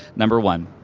number one.